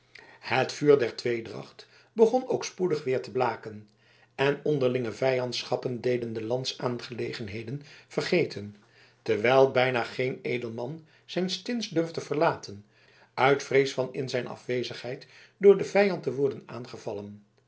het vuur der tweedracht begon ook spoedig weer te blaken en onderlinge vijandschappen deden de landsaangelegenheden vergeten terwijl bijna geen edelman zijn stins durfde verlaten uit vrees van in zijn afwezigheid door den vijand te worden aangevallen